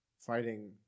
Fighting